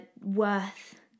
worth